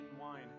wine